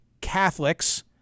Catholics